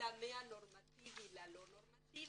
שמתחילה מהנורמטיבי ללא נורמטיבי,